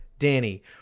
Danny